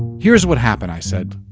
here's what happened, i said.